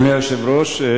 אדוני היושב-ראש,